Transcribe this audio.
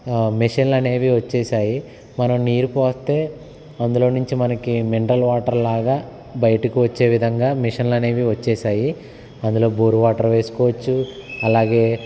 మెషిన్లు అనేవి వచ్చేశాయి మనం నీరు పోస్తే అందులో నుంచి మనకి మినరల్ వాటర్ లాగా బయటికి వచ్చే విధంగా మెషిన్లు అనేవి వచ్చేశాయి అందులో బోర్ వాటర్ వేసుకోవచ్చు అలాగే